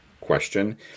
question